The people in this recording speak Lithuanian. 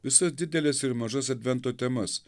visas dideles ir mažas advento temas